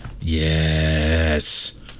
Yes